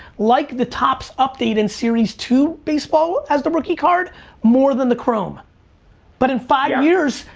like the topps update in series two baseball as the rookie card more than the chrome but in five years,